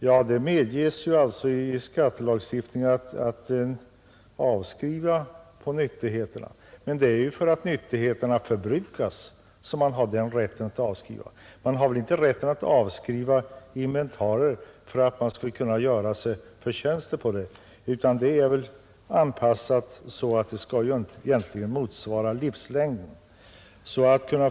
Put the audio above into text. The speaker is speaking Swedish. Ja, avskrivning på nyttigheterna medges ju i skattelagstiftningen, men det är ju för att nyttigheterna förbrukas som man har den rätten och inte för att man skall kunna göra sig förtjänster på det. Och avskrivningstiden är väl anpassad så att den egentligen skall motsvara livslängden på nyttigheterna.